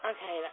Okay